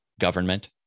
government